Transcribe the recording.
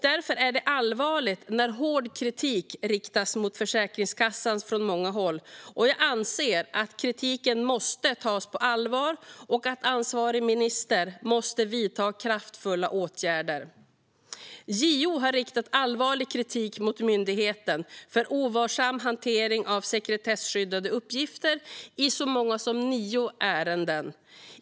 Därför är det allvarligt att hård kritik riktas mot Försäkringskassan från många håll. Jag anser att kritiken måste tas på allvar och att ansvarig minister måste vidta kraftfulla åtgärder. JO har riktat allvarlig kritik mot myndigheten för ovarsam hantering av sekretesskyddade uppgifter i så många som nio ärenden.